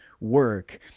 work